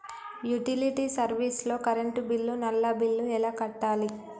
Utility service లో current bill, నల్లా bill ఎలా కట్టాలి?